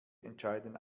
entscheiden